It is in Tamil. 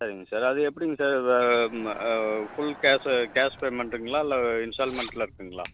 சரிங்க சார் அது எப்படிங்க சார் ஃபுல் கேஷ் கேஷ் பேமெண்ட்டுங்களா இல்லை இன்ஸ்டால்மெண்ட்டில் இருக்குதுங்களா